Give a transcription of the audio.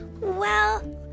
Well